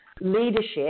leadership